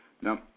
Now